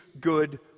good